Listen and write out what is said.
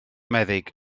meddyg